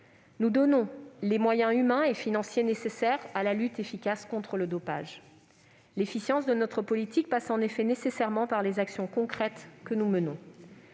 nous donnons les moyens humains et financiers nécessaires à une lutte efficace contre le dopage. L'efficience de notre politique passe en effet nécessairement par les actions concrètes que nous menons.